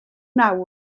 nawr